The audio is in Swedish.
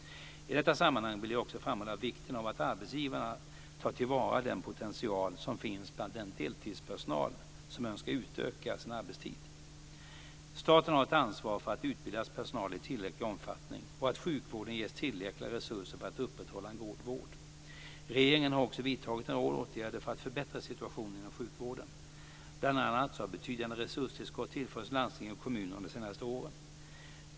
I detta sammanhang vill jag också framhålla vikten av att arbetsgivarna tar till vara den potential som finns bland den deltidspersonal som önskar utöka sin arbetstid. Staten har ett ansvar för att det utbildas personal i tillräcklig omfattning och att sjukvården ges tillräckliga resurser för att upprätthålla en god vård. Regeringen har också vidtagit en rad åtgärder för att förbättra situationen inom sjukvården. Bl.a. så har betydande resurstillskott tillförts landsting och kommuner under de senaste åren.